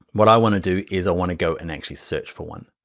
what i want to do is i want to go and actually search for one.